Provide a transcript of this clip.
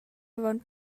avon